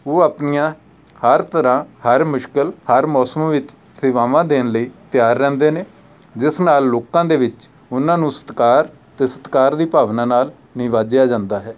ਉਹ ਆਪਣੀਆਂ ਹਰ ਤਰ੍ਹਾਂ ਹਰ ਮੁਸ਼ਕਿਲ ਹਰ ਮੌਸਮ ਵਿੱਚ ਸੇਵਾਵਾਂ ਦੇਣ ਲਈ ਤਿਆਰ ਰਹਿੰਦੇ ਨੇ ਜਿਸ ਨਾਲ ਲੋਕਾਂ ਦੇ ਵਿੱਚ ਉਹਨਾਂ ਨੂੰ ਸਤਿਕਾਰ ਅਤੇ ਸਤਿਕਾਰ ਦੀ ਭਾਵਨਾ ਨਾਲ ਨਿਵਾਜਿਆ ਜਾਂਦਾ ਹੈ